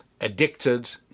addicted